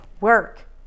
work